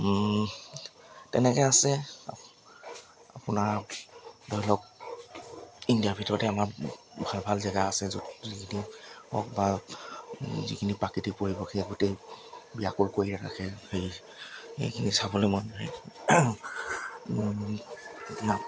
তেনেকৈ আছে আপোনাৰ ধৰি লওক ইণ্ডিয়াৰ ভিতৰতে আমাৰ ভাল ভাল জেগা আছে য'ত যিখিনি হওক বা যিখিনি প্ৰাকৃতিক পৰিৱেশেই গোটেই ব্যাকুল কৰি ৰাখে সেই সেইখিনি চাবলৈ মন যায়